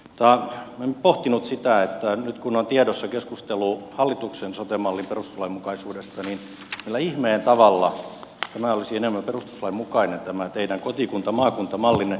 minä olen pohtinut sitä että nyt kun on tiedossa keskustelu hallituksen sote mallin perustuslainmukaisuudesta niin millä ihmeen tavalla tämä teidän kotikuntamaakunta mallinne olisi enemmän perustuslain mukainen